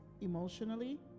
emotionally